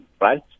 right